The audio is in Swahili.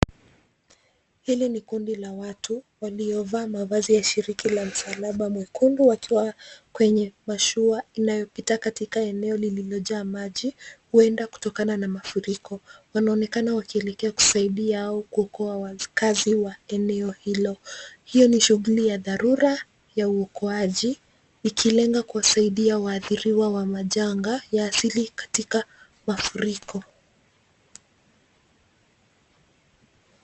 Hili ni kundi la watu waliovaa mavazi ya shiriki la Msalaba Mwekundu wakiwa kwenye mashua inayopita katika eneo lililojaa maji, huenda kutokana na mafuriko. Wanaonekana wakielekea kusaidia au kuokoa wakaazi wa eneo hilo. Hio ni shughuli ya dharura ya uokoaji, ikilenga kuwasaidia waathiriwa wa majanga ya asili katika mafuriko.